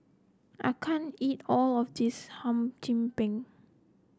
I can't eat all of this Hum Chim Peng